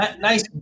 nice